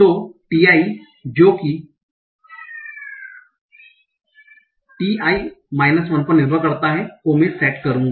तो ti जो कि ti 1 पर निर्भर करता हैं को मैं सेट करूँगा